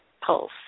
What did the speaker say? pulse